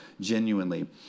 genuinely